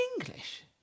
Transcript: English